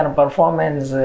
performance